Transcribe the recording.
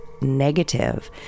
negative